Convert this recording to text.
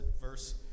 verse